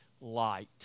light